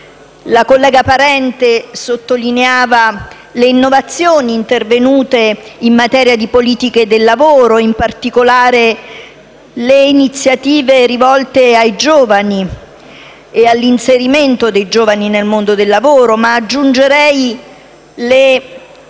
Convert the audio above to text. La collega Parente ha sottolineato le innovazioni intervenute in materia di politiche del lavoro e, in particolare, le iniziative rivolte ai giovani e al loro inserimento nel mondo del lavoro. Aggiungerei le